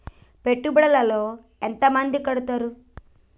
పెట్టుబడుల లో ఎంత మంది కడుతరు?